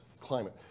climate